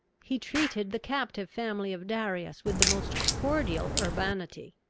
he treated the captive family of darius with the most cordial urbanity,